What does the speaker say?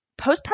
postpartum